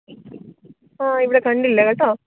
ആ ഇവിടെ കണ്ടില്ല കേട്ടോ